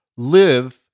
live